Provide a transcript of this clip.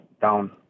down